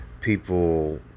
people